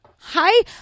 hi